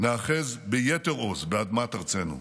ניאחז ביתר עוז באדמת ארצנו,